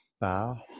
Bow